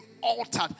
altered